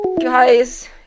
Guys